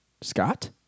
Scott